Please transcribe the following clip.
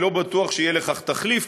אני לא בטוח שיהיה לכך תחליף,